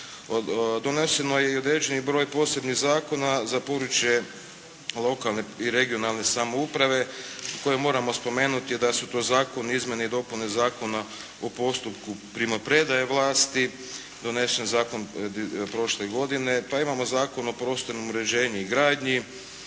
Donesen je i određeni broj posebnih zakona za područje lokalne i regionalne samouprave koje moramo spomenuti da su to Zakon o izmjeni i dopuni Zakona o postupku primopredaje vlasti, donešen zakon prošle godine, pa imamo Zakon o prostornom uređenju i gradnji,